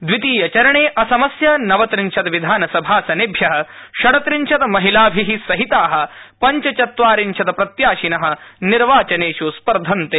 दवितीयचरणे असमस्यनवत्रिंशत्विधानसभासनेभ्यःषड्रिंशतभ्रमहिलाभिः सहिताःपञ्चचत्वारिंशत्प्रत्याशिनः निर्वाचनेष् स्पर्धन्ते